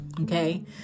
Okay